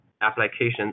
application